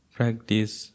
practice